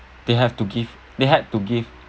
they have to give they had to give